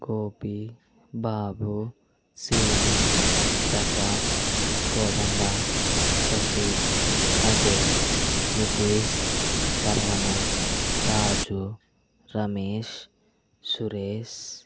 Gopi Babu Seenu Prasad Kodanda Sasi Ajay Nitish Sharvana Raju Ramesh Suresh